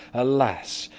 alas!